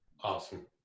Awesome